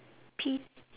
pea~